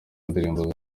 ndirimbo